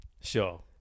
sure